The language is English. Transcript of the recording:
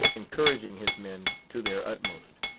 encouraging his men to their utmost.